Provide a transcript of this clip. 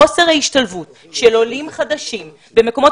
חוסר ההשתלבות של עולים חדשים במקומות,